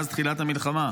מאז תחילת המלחמה,